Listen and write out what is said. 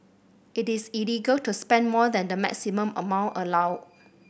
it is illegal to spend more than the maximum amount allowed